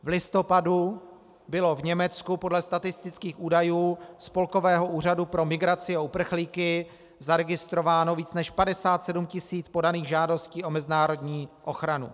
V listopadu bylo v Německu podle statistických údajů Spolkového úřadu pro migraci a uprchlíky zaregistrováno více než 57 tisíc podaných žádostí o mezinárodní ochranu.